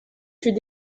fut